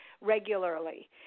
regularly